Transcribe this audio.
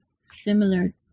similar